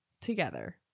together